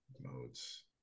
Modes